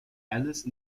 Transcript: alice